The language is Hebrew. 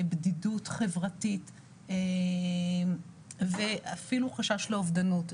בדידות חברתית ואפילו חשש לאובדנות.